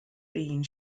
being